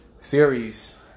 theories